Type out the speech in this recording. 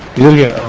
julia,